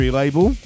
label